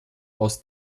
aus